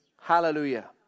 Hallelujah